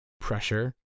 pressure